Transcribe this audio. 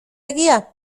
egia